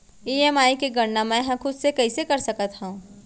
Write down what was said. EMI के गड़ना मैं हा खुद से कइसे कर सकत हव?